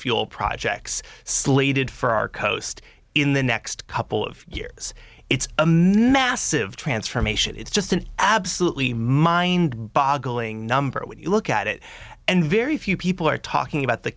fuel projects slated for our coast in the next couple of years it's a massive transformation it's just an absolutely mind boggling number when you look at it and very few people are talking about the